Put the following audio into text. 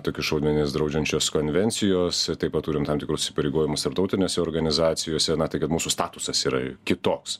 tokius šaudmenis draudžiančios konvencijos taip pat turim tam tikrus įsipareigojimus tarptautinėse organizacijose na tai kad mūsų statusas yra kitoks